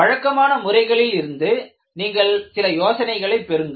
வழக்கமான வழிமுறைகளில் இருந்து நீங்கள் சில யோசனைகளை பெறுங்கள்